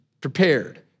prepared